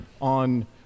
on